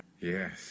yes